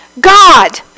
God